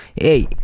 Hey